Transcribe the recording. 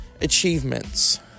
Achievements